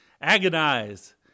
agonize